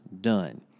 done